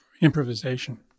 improvisation